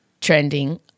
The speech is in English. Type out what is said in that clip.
trending